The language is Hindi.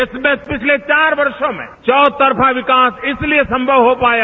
देश में पिछले चार वर्षो में चौतरफा विकास इसलिए संभव हो पाया